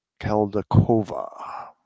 Keldakova